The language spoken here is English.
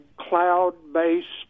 cloud-based